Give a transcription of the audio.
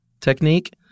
technique